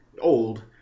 old